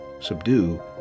subdue